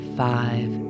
five